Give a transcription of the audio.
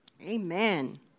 Amen